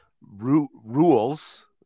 rules